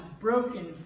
broken